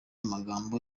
amagambo